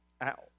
out